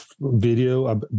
Video